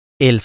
El